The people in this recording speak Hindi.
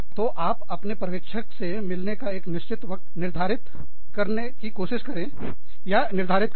तोआप अपने पर्यवेक्षक से मिलने का एक निश्चित वक्त निर्धारित करने की कोशिश करें या निर्धारित करें